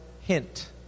hint